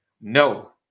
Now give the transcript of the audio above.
no